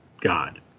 god